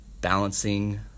balancing